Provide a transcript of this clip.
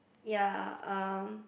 ya um